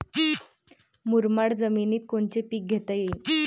मुरमाड जमिनीत कोनचे पीकं घेता येईन?